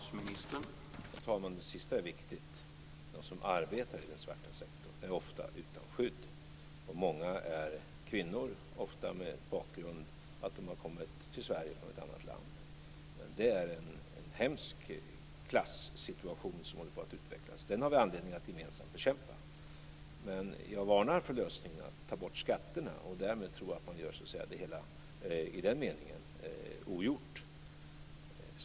Herr talman! Det sista är viktigt. De som arbetar i den svarta sektorn är ofta utan skydd, och många är kvinnor, ofta med den bakgrunden att de har kommit till Sverige från ett annat land. Det är en hemsk klassituation som håller på att utvecklas. Den har vi anledning att gemensamt bekämpa. Men jag varnar för lösningen att ta bort skatterna och därmed tro att man gör det hela så att säga i den meningen ogjort.